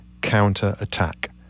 counter-attack